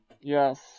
Yes